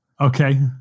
Okay